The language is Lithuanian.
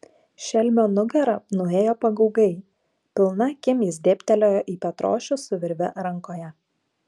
šelmio nugara nuėjo pagaugai pilna akim jis dėbtelėjo į petrošių su virve rankoje